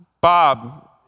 Bob